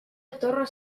torres